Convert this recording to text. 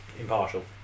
impartial